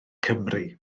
cymru